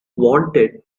wanted